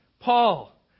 Paul